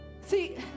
See